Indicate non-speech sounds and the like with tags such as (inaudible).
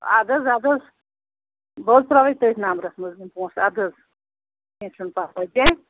اَدٕ حظ اَدٕ حظ بہٕ حظ ترٛاوَے تٔتھۍ نمبرَس منٛز یِم پونٛسہٕ اَدٕ حظ کیٚنٛہہ چھُنہٕ پرواے (unintelligible)